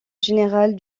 générale